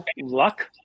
luck